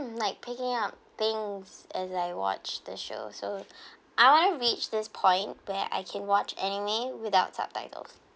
like picking up things as I watched the show so I want to reach this point where I can watch anime without subtitles